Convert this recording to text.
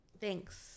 Thanks